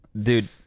Dude